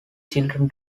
children